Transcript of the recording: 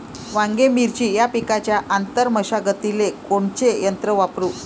वांगे, मिरची या पिकाच्या आंतर मशागतीले कोनचे यंत्र वापरू?